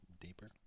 deeper